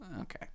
okay